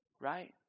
right